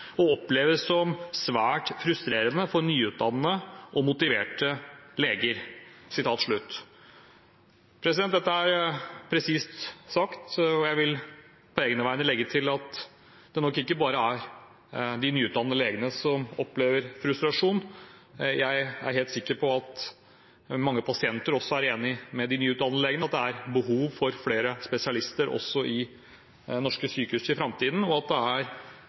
og oppleves som svært frustrerende for nyutdannede motivert leger.» Dette er presist sagt, og jeg vil på egne vegne legge til at det nok ikke bare er de nyutdannede legene som opplever frustrasjon. Jeg er helt sikker på at mange pasienter også er enig med de nyutdannede legene i at det er behov for flere spesialister også i norske sykehus i framtiden, og at det